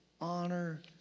honor